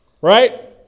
right